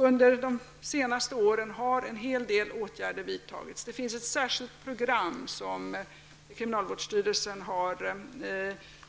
Under de senaste åren har också en hel del åtgärder vidtagits. Kriminalvårdsstyrelsen har